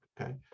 Okay